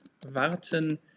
warten